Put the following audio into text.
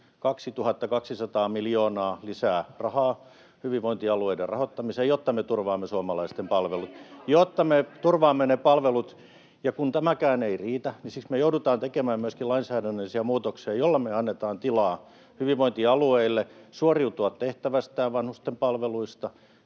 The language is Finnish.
2 200 miljoonaa, lisää rahaa hyvinvointialueiden rahoittamiseen, jotta me turvaamme suomalaisten palvelut. Ja kun tämäkään ei riitä, niin siksi me joudutaan tekemään myöskin lainsäädännöllisiä muutoksia, joilla me annetaan hyvinvointialueille tilaa suoriutua tehtävistään — vanhusten palveluista,